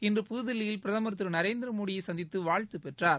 இன்று புதுகில்லியில் பிரதமர் திரு நரேந்திரமோடியை சந்தித்து வாழ்த்து பெற்றார்